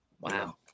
Wow